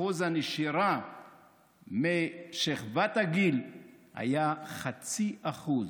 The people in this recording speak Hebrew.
אחוז הנשירה משכבת הגיל היה 0.5%,